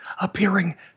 appearing